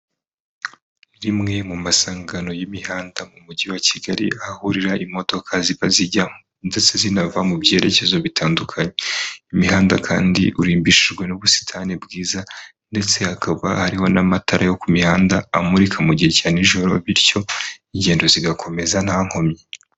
Rimwe mu masangano y'imihanda mu mujyi wa Kigali ahahurira imodoka ziba zijya ndetse zinava mu byerekezo bitandukanye, imihanda kandi urimbishijwe n'ubusitani bwiza ndetse hakaba hariho n'amatara yo ku mihanda amurika mu gihe cya nijoro bityo ingendo zigakomeza nta nkomyi.